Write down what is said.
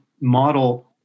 model